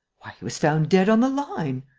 why, he was found dead on the line!